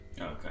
Okay